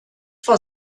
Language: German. vor